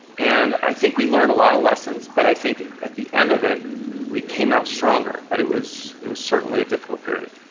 and i think we learned a lot of lessons but i think at the end of it we came out stronger. but it was it was certainly a difficult period.